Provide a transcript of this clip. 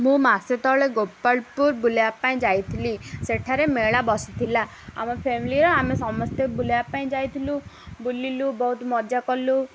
ମୁଁ ମାସେ ତଳେ ଗୋପାଳପୁର ବୁଲିବା ପାଇଁ ଯାଇଥିଲି ସେଠାରେ ମେଳା ବସିଥିଲା ଆମ ଫ୍ୟାମିଲିର ଆମେ ସମସ୍ତେ ବୁଲିବା ପାଇଁ ଯାଇଥିଲୁ ବୁଲିଲୁ ବହୁତ ମଜା କଲୁ